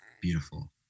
Beautiful